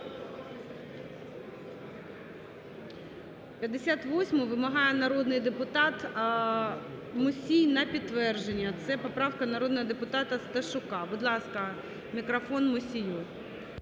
58-у вимагає народний депутат Мусій на підтвердження. Це поправка народного депутата Сташука. Будь ласка, мікрофон Мусію.